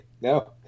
no